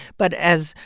but as,